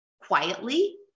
Quietly